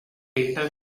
later